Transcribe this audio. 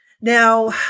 Now